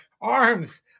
arms